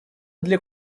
для